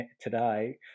today